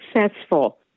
successful